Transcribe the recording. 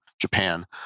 Japan